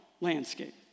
landscape